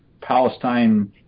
Palestine